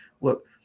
look